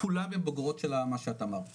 כולן הן בוגרות של מה שאמרת,